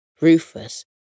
Rufus